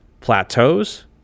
plateaus